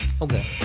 okay